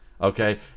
Okay